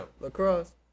Lacrosse